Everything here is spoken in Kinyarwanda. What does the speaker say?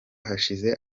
hashize